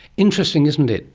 interesting, isn't it.